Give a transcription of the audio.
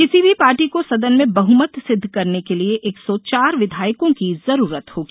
किसी भी पार्टी को सदन में बहुमत सिद्व करने के लिए एक सौ चार विधायकों की जरूरत होगी